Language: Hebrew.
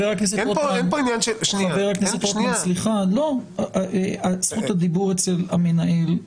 חה"כ רוטמן, זכות הדיבור אצל המנהל.